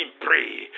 pray